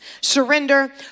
Surrender